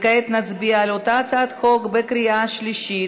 כעת נצביע על אותה הצעת חוק בקריאה שלישית.